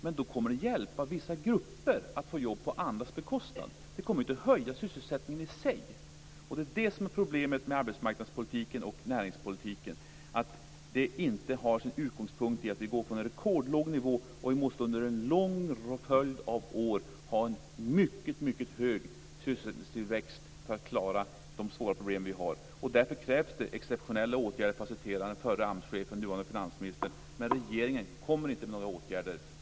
Men det kommer i så fall att hjälpa vissa grupper att få jobb på andras bekostnad. Det kommer inte att höja sysselsättningen i sig. Det är det som är problemet med arbetsmarknadsoch näringspolitiken: Den har inte sin utgångspunkt i att vi går från en rekordlåg nivå och att vi under en lång följd av år måste ha en mycket hög sysselsättningstillväxt för att klara de svåra problem vi har. Därför krävs det också exceptionella åtgärder, för att citera den förre AMS-chefen och nuvarande finansministern, men regeringen kommer inte med några åtgärder.